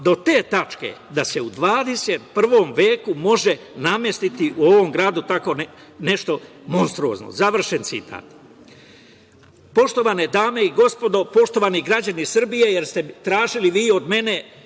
do te tačke da se u 21. veku može namestiti u ovom gradu takvo nešto monstruozno“, završen citat. Poštovane dame i gospodo, poštovani građani Srbije, jer ste tražili vi od mene,